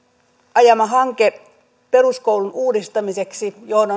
ajama hanke peruskoulun uudistamiseksi johon